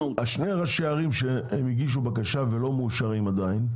ברמה המהותית --- שני ראשי הערים שהם הגישו בקשה ולא מאושרים עדיין,